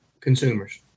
consumers